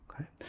Okay